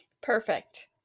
perfect